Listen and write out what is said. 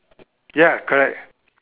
ya correct